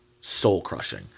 soul-crushing